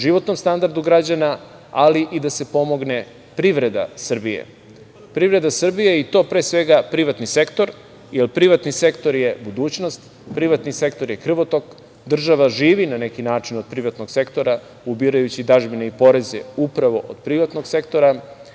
životnom standardu građana, ali i da se pomogne privreda Srbije. Privreda Srbije i to pre svega privatni sektor, jer privatni sektor je budućnost, privatni sektor je krvotok, država živi na neki način od privatnog sektora ubirajući dažbine i poreze upravo od privatnog sektora.